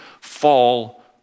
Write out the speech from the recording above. fall